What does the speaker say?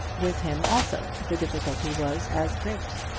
with him also the difficulty was as great.